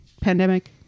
pandemic